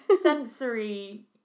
sensory